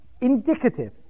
Indicative